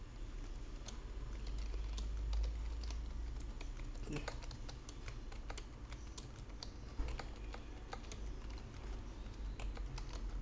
ya